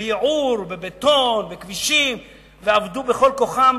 בייעור, בבטון, בכבישים, ועבדו בכל כוחם.